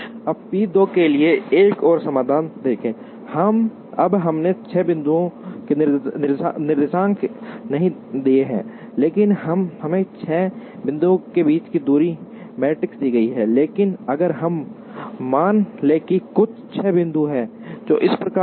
अब पी 2 के लिए एक और समाधान देखें अब हमने 6 बिंदुओं के निर्देशांक नहीं दिए हैं लेकिन हमें छह बिंदुओं के बीच दूरी मैट्रिक्स दी गई है लेकिन अगर हम मान लें कि कुछ छह बिंदु हैं जो इस प्रकार हैं